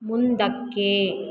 ಮುಂದಕ್ಕೆ